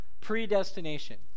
Predestination